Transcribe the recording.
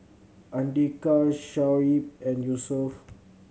Andika Shoaib and Yusuf